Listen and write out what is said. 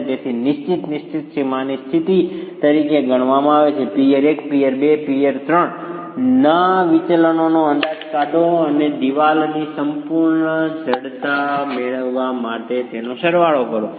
અને તેથી નિશ્ચિત નિશ્ચિત સીમાની સ્થિતિ તરીકે ગણવામાં આવે છે પિઅર 1 પિઅર 2 અને પિઅર 3 ના વિચલનોનો અંદાજ કાઢો અને દિવાલની સંપૂર્ણ જડતા મેળવવા માટે તેનો સરવાળો કરો